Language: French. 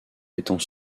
étant